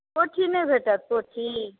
पोठही नहि भेटत पोठही